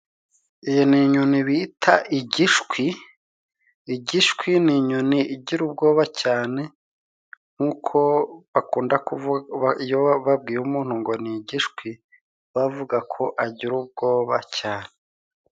Iyi ni inyoni bita igishwi, igishwi ni inyoni igira ubwoba cyane nk'uko bakunda bakunda kuvuga, iyo babwiye umuntu ngo ni igishwi, baba bavuga ko agira ubwoba cyane.